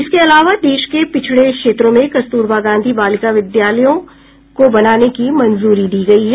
इसके अलावा देश के पिछड़े क्षेत्रों में कस्तुरबा गांधी बालिका विद्यालयों को बनाने की मंजूरी दी गई है